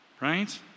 right